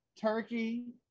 Turkey